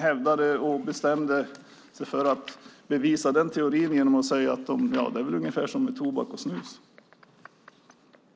Han bestämde sig för att bevisa den teorin genom att säga att det är väl ungefär som med tobak och snus,